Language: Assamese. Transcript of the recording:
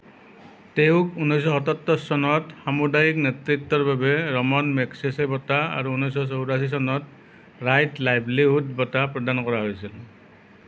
তেওঁক উনৈছশ সাতসত্তৰ চনত সামুদায়িক নেতৃত্বৰ বাবে ৰমন মেগছেছে বঁটা আৰু উনৈছশ চৈৰাশী চনত ৰাইট লাইভলিহুড বঁটা প্ৰদান কৰা হৈছিল